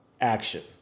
action